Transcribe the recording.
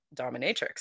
dominatrix